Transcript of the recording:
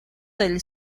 del